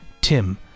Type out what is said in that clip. Tim